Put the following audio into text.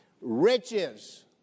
Riches